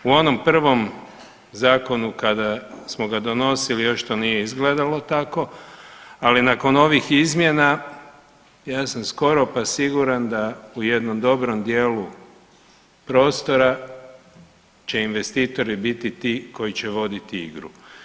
U onom prvom Zakonu, kada smo ga donosili, još to nije izgledalo tako, ali nakon ovih izmjena, ja sam skoro pa siguran da u jednom dobrom dijelu prostora će investitori biti ti koji će voditi igru.